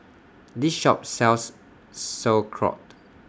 This Shop sells Sauerkraut